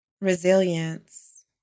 Resilience